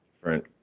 different